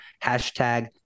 hashtag